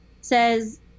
says